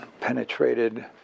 penetrated